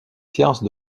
sciences